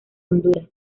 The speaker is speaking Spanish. honduras